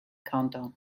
countdown